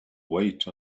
wait